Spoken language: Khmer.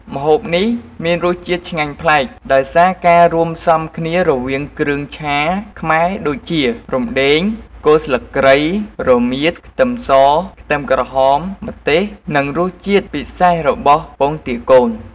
ម្ហូបនេះមានរសជាតិឆ្ងាញ់ប្លែក ដោយសារការរួមផ្សំគ្នារវាង គ្រឿងឆាខ្មែរដូចជា រំដេង គល់ស្លឹកគ្រៃ រមៀត ខ្ទឹមស ខ្ទឹមក្រហម ម្ទេស និង រសជាតិពិសេសរបស់ពងទាកូន។